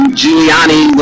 Giuliani